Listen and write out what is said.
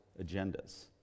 agendas